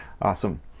Awesome